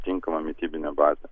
tinkama mitybinė bazė